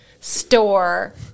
store